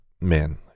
man